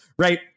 Right